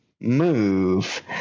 move